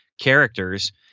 characters